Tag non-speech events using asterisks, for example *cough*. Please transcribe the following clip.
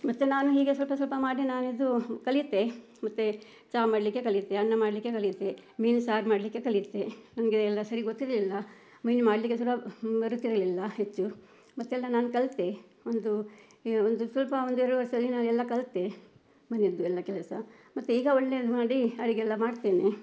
ಮತ್ತು ನಾನು ಹೀಗೆ ಸ್ವಲ್ಪ ಸ್ವಲ್ಪ ಮಾಡಿ ನಾನು ಇದು ಕಲಿತೆ ಮತ್ತು ಚಹಾ ಮಾಡಲಿಕ್ಕೆ ಕಲಿತೆ ಅನ್ನ ಮಾಡಲಿಕ್ಕೆ ಕಲಿತೆ ಮೀನು ಸಾರು ಮಾಡಲಿಕ್ಕೆ ಕಲಿತೆ ನನಗೆ ಎಲ್ಲ ಸರಿ ಗೊತ್ತಿರಲಿಲ್ಲ ಮೀನು ಮಾಡಲಿಕ್ಕೆ *unintelligible* ಬರುತ್ತಿರಲಿಲ್ಲ ಹೆಚ್ಚು ಮತ್ತೆಲ್ಲ ನಾನು ಕಲಿತೆ ಒಂದು ಈ ಒಂದು ಸ್ವಲ್ಪ ಒಂದು ಎರಡು ವರ್ಷದಲ್ಲಿ ನಾನು ಎಲ್ಲ ಕಲಿತೆ ಮನೆಯದ್ದು ಎಲ್ಲ ಕೆಲಸ ಮತ್ತೆ ಈಗ ಒಳ್ಳೆದು ಮಾಡಿ ಅಡುಗೆ ಎಲ್ಲ ಮಾಡ್ತೇನೆ